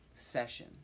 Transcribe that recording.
Session